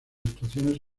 actuaciones